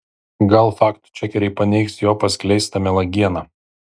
gal faktų čekeriai paneigs jo paskleistą melagieną